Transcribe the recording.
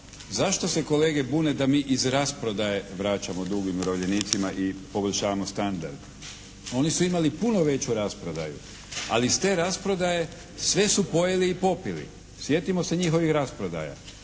zašto se kolege bune da mi iz rasprodaje vraćamo dug umirovljenicima i poboljšavamo standard. Oni su imali puno veću rasprodaju, ali iz te rasprodaje sve su pojeli i popili. Sjetimo se njihovih rasprodaja.